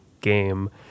game